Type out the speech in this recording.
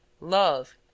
love